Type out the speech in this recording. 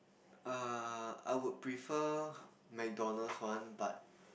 err I would prefer McDonald's one but